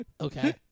Okay